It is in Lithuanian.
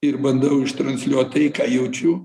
ir bandau ištransliuot tai ką jaučiu